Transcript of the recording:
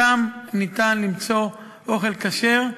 שם ניתן למצוא אוכל כשר.